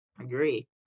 agree